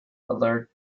alert